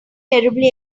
terribly